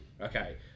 Okay